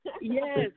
Yes